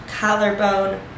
collarbone